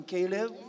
Caleb